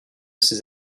ces